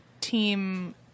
team